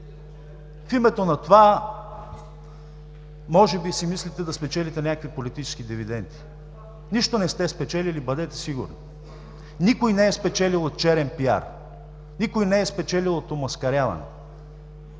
В името на това може би си мислите да спечелите някакви политически дивиденти. Нищо не сте спечелили, бъдете сигурни. Никой не е спечелил от черен пиар. Никой не е спечелил от омаскаряване.